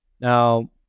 Now